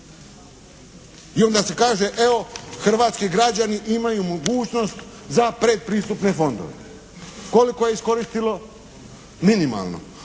i onda se kaže evo hrvatski građani imaju mogućnost za predpristupne fondove. Koliko je iskoristilo? Minimalno.